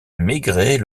maigret